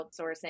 outsourcing